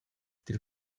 dil